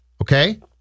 Okay